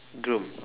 groom